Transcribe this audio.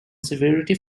severity